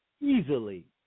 Easily